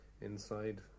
inside